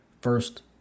First